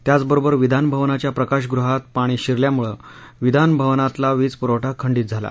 त्याच बरोबर विधान भवनाच्या प्रकाशगृहात पाणी शिरल्यामुळ प्रिधान भवनातला वीज पुरवठा खंडीत झाला